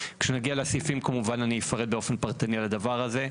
כשנגיע לסעיפים כמובן אני אפרט באופן פרטני על הדבר הזה.